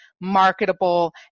marketable